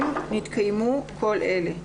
אם התקיימו כל אלה: